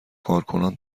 کارکنان